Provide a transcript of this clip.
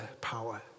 power